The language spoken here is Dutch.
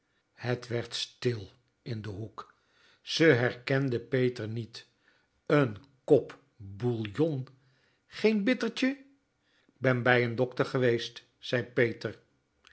het werd stil in den hoek ze herkenden peter niet een kop bouillon geen bittertje k ben bij n dokter geweest zei peter